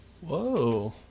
Whoa